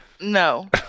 No